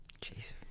Jesus